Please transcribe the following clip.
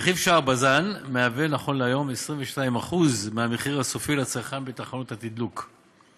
רכיב שער בז"ן מהווה נכון להיום 22% מהמחיר הסופי לצרכן בתחנות התדלוק.